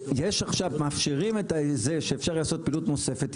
כשמאפשרים עכשיו לעשות פעילות נוספת.